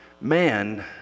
man